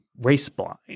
race-blind